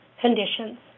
conditions